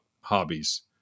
hobbies